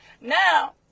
Now